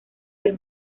del